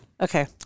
Okay